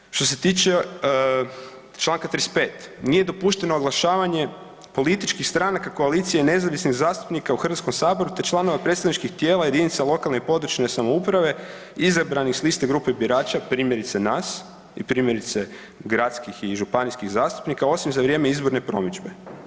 Dalje, što se tiče Članka 35., nije dopušteno oglašavanje političkih stranaka, koalicije i nezavisnih zastupnika u Hrvatskom saboru te članova predstavničkih tijela jedinica lokalne i područne samouprave izabranih s liste grupe birača, primjerice nas i primjerice gradskih i županijskih zastupnika osim za vrijeme izborne promidžbe.